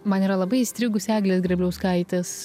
man yra labai įstrigusi eglės grėbliauskaitės